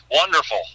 Wonderful